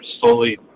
slowly